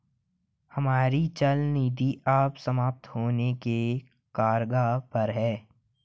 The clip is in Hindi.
हमारी चल निधि अब समाप्त होने के कगार पर है